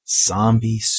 Zombie